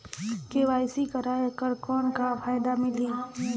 KYC कराय कर कौन का फायदा मिलही?